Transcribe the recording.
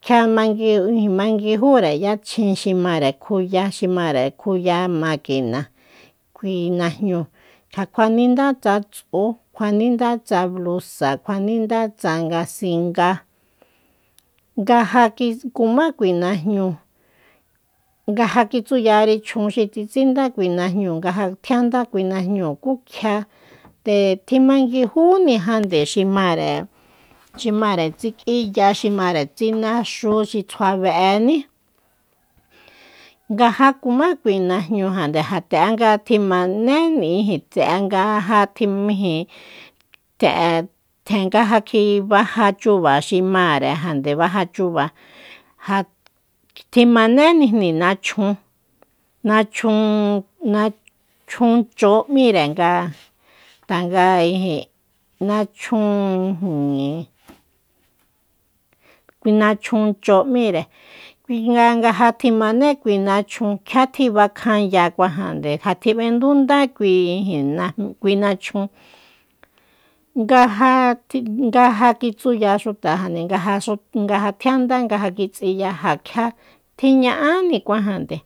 Kjia manguijúre yachjin xi mare kjuya xi mare kjuya maquina kui najñúu ja kjua nindá tsa ts'ú ja kuanindá tsa blusa kjua ninda tsanga singa nga ja kumá kui najñúu nga ja kitsuyari kui chjun xi tjitsindá kui najñúu nga ja tjian dá kui najúu kú kjia nde tjimanguijúnijande xi mare- xi mare tsik'íya xi mare tsináxu xi tsjua b'ení nga ja cumá kui najñújande jande'a tjimané ijin tse'e nga ja tjimi ijin tse'e tjen nga ja kjibaja chuba xi márejande baja chuba ja tjimanénijni nachjun- nachjun ch'óo m'íre nga tanga ijin nachjun ijin kui nachjun ch'óo m'íre kui nga ngaja tjimané kui nachjun kjia tjibakjanyacuajande ja tjib'endundá kui nachjun ngaja- ngaja kitsuya xutajande nga ja tjianda nga ja kitsíya ja kjia tiña'ánikuajande